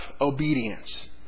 obedience